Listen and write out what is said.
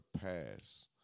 pass